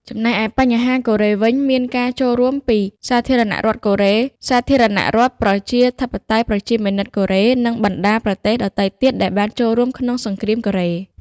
ចំណែកឯបញ្ហាកូរ៉េវិញ មានការចូលរួមពី សាធារណរដ្ឋកូរ៉េ សាធារណរដ្ឋប្រជាធិបតេយ្យប្រជាមានិតកូរ៉េ និងបណ្តាប្រទេសដទៃទៀតដែលបានចូលរួមក្នុងសង្គ្រាមកូរ៉េ។